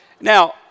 Now